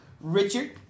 richard